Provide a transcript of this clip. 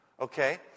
Okay